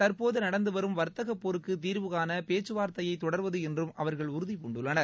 தற்போதுநடந்துவரும் வா்த்தகபோருக்குதிாவு காணபேச்சுவாா்த்தையைதொடா்வதுஎன்றும் அவர்கள் உறுதி பூண்டுள்ளனர்